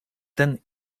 ten